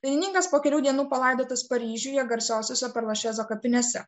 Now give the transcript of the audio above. dainininkas po kelių dienų palaidotas paryžiuje garsiosiose perlašezo kapinėse